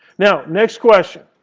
now, next question.